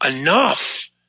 enough